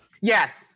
Yes